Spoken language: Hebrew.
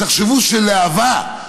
תחשבו שלהב"ה,